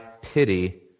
pity